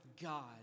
God